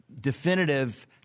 definitive